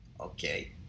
okay